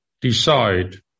decide